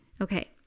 Okay